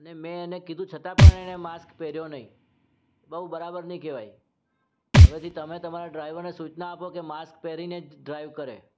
અને મેં એને કીધું છતા પણ એને માસ્ક પહેર્યો નહિ બહુ બરાબર નહિ કહેવાય હવેથી તમે તમારા ડ્રાઈવરને સૂચના આપો કે માસ્ક પહેરીને જ ડ્રાઈવ કરે